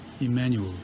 Emmanuel